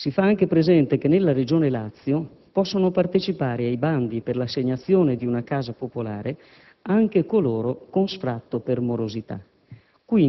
Si fa anche presente che nella Regione Lazio possono partecipare ai bandi per l'assegnazione di una casa popolare anche coloro con sfratto per morosità.